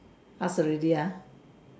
ask already ah